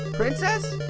princess?